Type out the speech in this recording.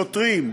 שוטרים,